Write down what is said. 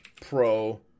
Pro